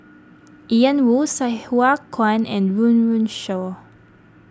Ian Woo Sai Hua Kuan and Run Run Shaw